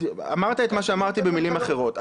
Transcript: אמרת את מה שאמרתי במילים אחרות.